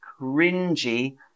cringy